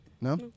No